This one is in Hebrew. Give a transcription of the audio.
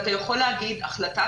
החלטת